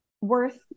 worth